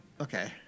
Okay